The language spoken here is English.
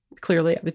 clearly